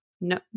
no